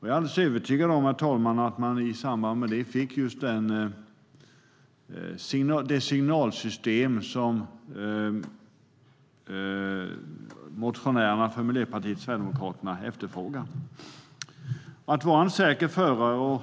Jag är övertygad om att man i samband med det fick just det signalsystem som motionärerna från Miljöpartiet och Sverigedemokraterna efterfrågar. Att vara en säker förare och